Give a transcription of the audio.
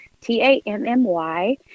T-A-M-M-Y